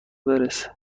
برسه